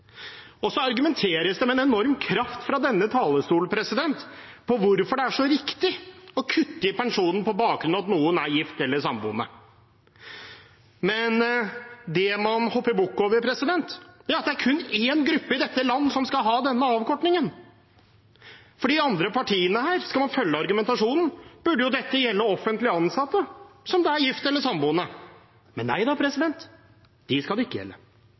argumenteres med en enorm kraft fra denne talerstolen for hvorfor det er så riktig å kutte i pensjonen på bakgrunn av at noen er gift eller samboende. Det man hopper bukk over, er at det kun er én gruppe i dette land som skal ha denne avkortingen. For de andre partiene burde jo dette, hvis man skal følge argumentasjonen, gjelde offentlig ansatte som er gift eller samboende. Men nei, dem skal det ikke gjelde.